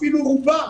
אפילו רובם,